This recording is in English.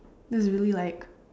then is really like